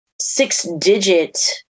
six-digit